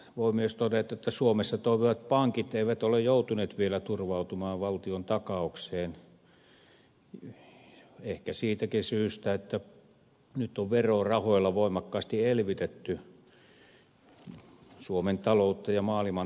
voi myös todeta että suomessa toimivat pankit eivät ole joutuneet vielä turvautumaan valtiontakaukseen ehkä siitäkin syystä että nyt on verorahoilla voimakkaasti elvytetty suomen taloutta ja maailman taloutta